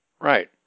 right